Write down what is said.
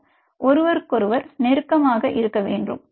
R ஒருவருக்கொருவர் நெருக்கமாக இருக்க வேண்டும்